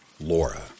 Laura